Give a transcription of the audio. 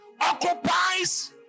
occupies